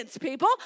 people